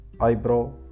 eyebrow